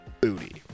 booty